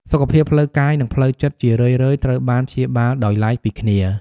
សុខភាពផ្លូវកាយ និងផ្លូវចិត្ត ជារឿយៗត្រូវបានព្យាបាលដោយឡែកពីគ្នា។